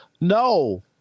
No